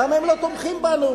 למה הם לא תומכים בנו?